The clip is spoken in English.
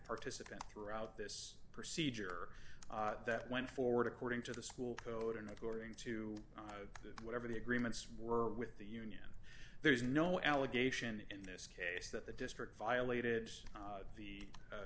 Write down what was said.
participant throughout this procedure that went forward according to the school code and according to whatever the agreements were with the union there is no allegation in this case that the district violated the